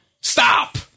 Stop